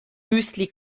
müsli